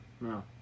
No